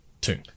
Two